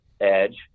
Edge